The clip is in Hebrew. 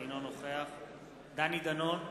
אינו נוכח דני דנון,